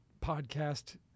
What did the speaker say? podcast